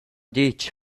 ditg